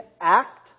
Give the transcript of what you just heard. act